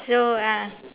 so ah